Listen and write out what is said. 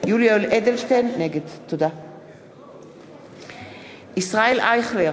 נגד ישראל אייכלר,